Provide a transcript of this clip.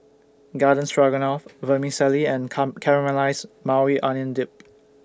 Garden Stroganoff Vermicelli and Come Caramelized Maui Onion Dip